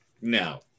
No